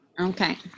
Okay